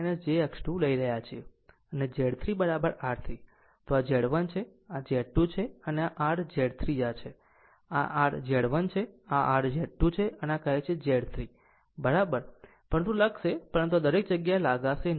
તો આ Z1 છે આ Z2 છે આ r Z 3 આ છે આ r Z 1 છે આ r Z 2 છે અને આ કહે છે Z 3 બરાબર તે r છે પરંતુ લખશે પરંતુ દરેક જગ્યાએ લગાશે નહીં